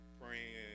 praying